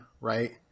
right